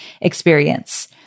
experience